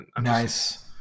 Nice